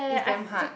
is damn hard